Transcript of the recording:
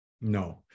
No